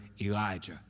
Elijah